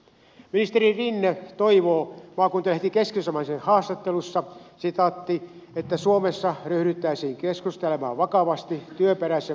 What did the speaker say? ministeri rinne toivoo maakuntalehti keskisuomalaisen haastattelussa että suomessa ryhdyttäisiin keskustelemaan vakavasti työperäisen maahanmuuton lisäämisestä